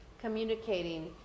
communicating